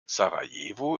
sarajevo